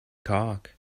talk